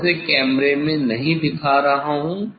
मैं उसे कैमरे में नहीं दिखा रहा हूं